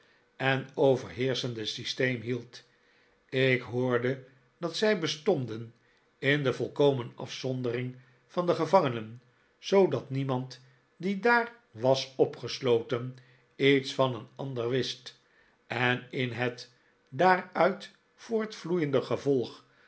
en overheerschende systeem hield ik hoorde dat zij bestonden in de volkomen afzondering van de gevangenen zoodat niemand die daar was opgesloten iets van een ander wist en in het daaruit voortvloeiende gevolg